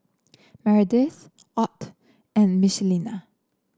Meredith Ott and Michelina